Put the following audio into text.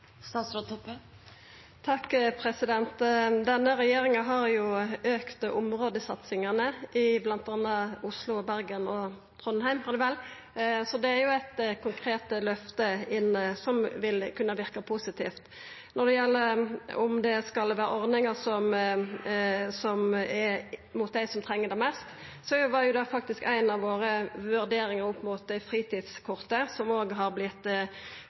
Denne regjeringa har auka områdesatsingane i bl.a. Oslo, Bergen og Trondheim – var det vel – så det er eit konkret løfte som vil kunne verka positivt. Når det gjeld om det skal vera ordningar for dei som treng det mest, var det faktisk ei av våre vurderingar av det fritidskortet, som òg har